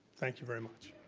thank you very much.